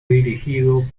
dirigido